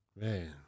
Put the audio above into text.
Man